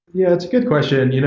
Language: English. yeah, it's a good question. you know